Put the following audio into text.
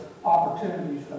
opportunities